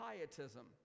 pietism